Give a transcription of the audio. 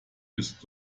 bist